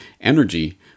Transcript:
energy